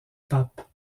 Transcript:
pape